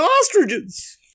ostriches